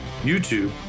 YouTube